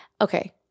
Okay